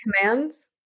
commands